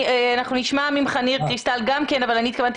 ברשויות המקומיות